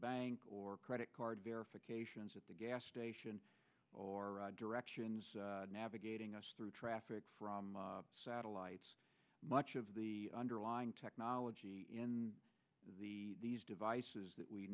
bank or credit card verifications at the gas station or directions navigating us through traffic from satellites much of the underlying technology in the devices that we